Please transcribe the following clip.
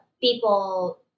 people